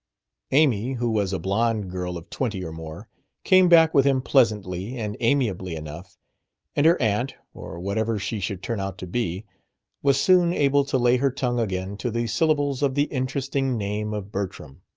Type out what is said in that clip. amy who was a blonde girl of twenty or more came back with him pleasantly and amiably enough and her aunt or whatever she should turn out to be was soon able to lay her tongue again to the syllables of the interesting name of bertram.